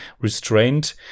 restrained